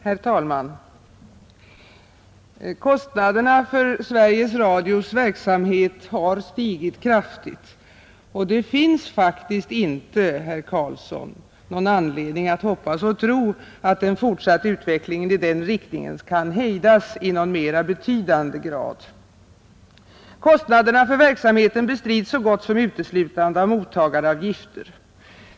Herr talman! Kostnaderna för Sveriges Radios verksamhet har stigit kraftigt, och det finns faktiskt inte, herr Carlsson, någon anledning att hoppas eller tro att en fortsatt utveckling i denna riktning kan hejdas i någon mera betydande grad. Kostnaderna för verksamheten bestrids så gott som uteslutande av mottagaravgifter.